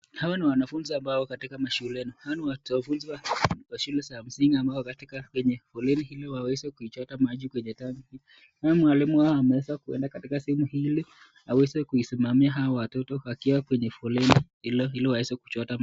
Hawa ni wanafunzi ambao wako mashuleni. Wanafunzi wa shule ya msingi ambao wako katika foleni ili waweze kuichota maji kwenye tanki naye mwalimu wao ameweza kuenda katika sehemu hii ili aweze kuisimamia watoto wakiwa kwenye foleleni ili waweze kuchota maji.